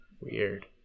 weird